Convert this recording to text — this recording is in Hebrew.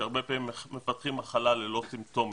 שהרבה פעמים מפתחים מחלה ללא סימפטומים,